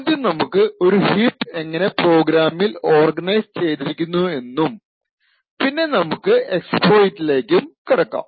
ആദ്യം നമുക്ക് ഒരു ഹീപ്പ് എങ്ങനെ പ്രോഗ്രാമിൽ ഓർഗനൈസ് ചെയ്തിരിക്കുന്നു എന്നും പിന്നെ നമുക്ക് എക്സ്പ്ലോയ്റ്റിലേക്കും കടക്കാം